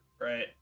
right